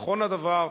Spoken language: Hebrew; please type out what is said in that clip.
ונכון הדבר,